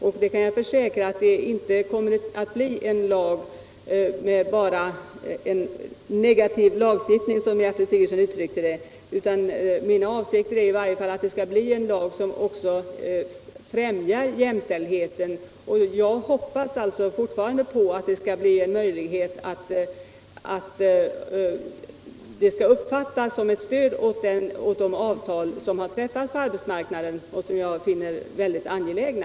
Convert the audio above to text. Jag kan försäkra att det inte kommer att bli en negativ lagstiftning, som Gertrud Sigurdsen uttryckte det, utan mina avsikter är att det skall bli en lag som också främjar jämställdheten. Jag hoppas alltså fortfarande på att den skall uppfattas som ett stöd åt de avtal som träffats på arbetsmarknaden och som jag finner mycket angelägna.